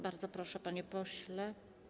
Bardzo proszę, panie pośle.